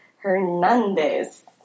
Hernandez